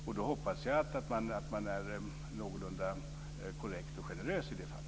Jag hoppas att man är någorlunda korrekt och generös i de fallen.